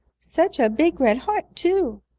such a big red heart, too!